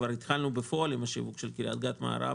וכבר התחלנו בפועל עם השיווק של קריית גת מערב,